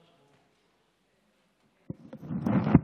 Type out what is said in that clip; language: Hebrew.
אדוני היושב-ראש,